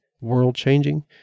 world-changing